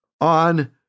on